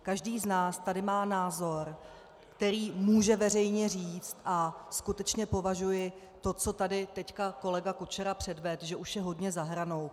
Každý z nás tady má názor, který může veřejně říct, a skutečně považuji to, co tady teď kolega Kučera předvedl, že už je hodně za hranou.